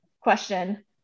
question